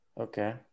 okay